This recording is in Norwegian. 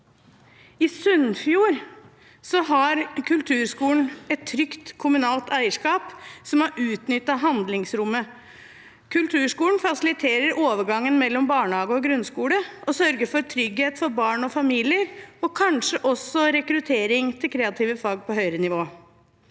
I Sunnfjord har kulturskolen et trygt kommunalt eierskap som har utnyttet handlingsrommet. Kulturskolen fasiliterer overgangen mellom barnehage og grunnskole og sørger for trygghet for barn og familier, og kanskje også rekruttering til kreative fag på høyere nivå.